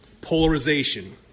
polarization